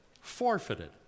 forfeited